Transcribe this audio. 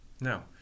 Now